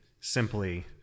simply